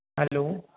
hello